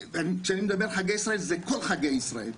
כשאני מדבר על חגי ישראל זה כל חגי ישראל.